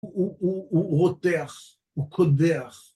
הוא רותח הוא קודח